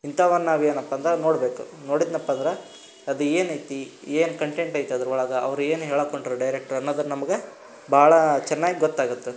ಇಂಥವನ್ ನಾವೇನಪ್ಪ ಅಂದ್ರೆ ನೋಡ್ಬೇಕು ನೋಡಿದೆನಪ್ಪ ಅಂದ್ರೆ ಅದೇನೈತಿ ಏನು ಕಂಟೆಂಟ್ ಐತಿ ಅದರೊಳಗ ಅವ್ರು ಏನು ಹೇಳೋಕ್ ಹೊಂಟರು ಡೈರೆಕ್ಟ್ರು ಅನ್ನೋದು ನಮ್ಗೆ ಭಾಳ ಚೆನ್ನಾಗ್ ಗೊತ್ತಾಗುತ್ತೆ